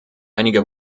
einige